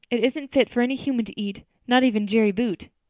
it isn't fit for any human to eat, not even jerry boute.